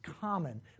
common